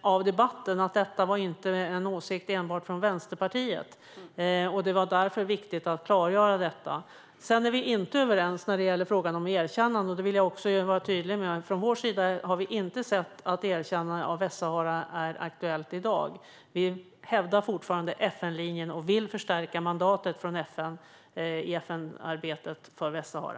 av debatten att detta inte var en åsikt enbart från Vänsterpartiet. Det var därför viktigt att klargöra detta. Sedan är vi inte överens när det gäller frågan om ett erkännande, vilket jag också vill vara tydlig med. Från vår sida anser vi inte att ett erkännande av Västsahara är aktuellt i dag. Vi hävdar fortfarande FN-linjen och vill förstärka mandatet för FN i arbetet för Västsahara.